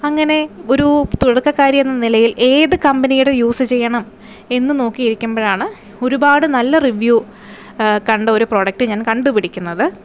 അങ്ങനെ ഒരു തുടക്കക്കാരി എന്ന നിലയിൽ ഏത് കമ്പനിയുടെ യൂസ് ചെയ്യണം എന്ന് നോക്കിയിരിക്കുമ്പഴാണ് ഒരുപാട് നല്ല റിവ്യു കണ്ടത് ഒരു പ്രോഡക്റ്റ് ഞാൻ കണ്ടുപിടിക്കുന്നത്